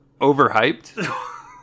overhyped